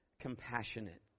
compassionate